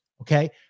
Okay